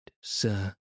sir